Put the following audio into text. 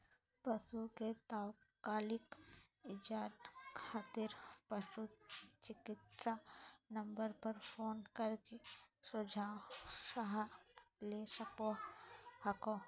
पशु के तात्कालिक इलाज खातिर पशु चिकित्सा नम्बर पर फोन कर के सुझाव सलाह ले सको हखो